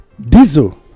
Diesel